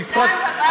במשרד,